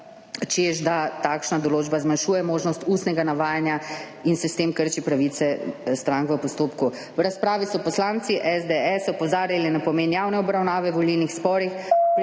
češ da takšna določba zmanjšuje možnost ustnega navajanja in se s tem krši pravice strank v postopku. V razpravi so poslanci SDS opozarjali na pomen javne obravnave v volilnih sporih,